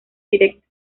directa